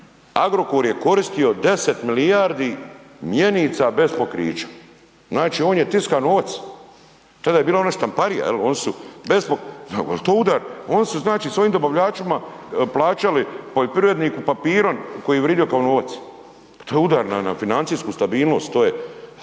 Agrokor je koristio 10 milijardi mjenica bez pokrića, znači on je tiska novac, tada je bila ondje štamparija jel, oni su bez, jel to udar, oni su znači svojim dobavljačima plaćali poljoprivredniku papirom koji je vridio kao novac, pa to je udar na financijsku stabilnost, to je,